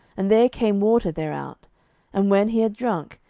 and there came water thereout and when he had drunk,